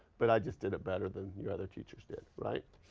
but i just did it better than your other teachers did, right?